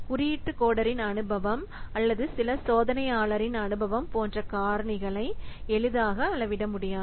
குறியீட்டு கோடரின் அனுபவம் அல்லது சில சோதனையாளரின் அனுபவம் போன்ற காரணிகளை எளிதாக அளவிட முடியாது